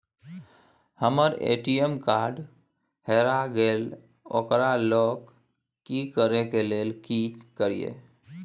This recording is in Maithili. हमर ए.टी.एम कार्ड हेरा गेल ओकरा लॉक करै के लेल की करियै?